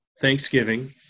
Thanksgiving